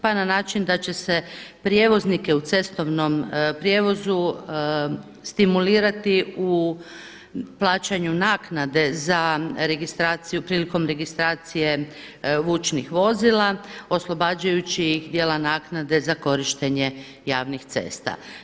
Pa na način da će se prijevoznike u cestovnom prijevozu stimulirati u plaćanju naknade za registraciju, prilikom registracije vučnih vozila oslobađajući ih dijela naknade za korištenje javnih cesta.